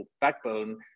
backbone